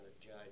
judge